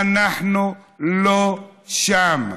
אנחנו לא שם,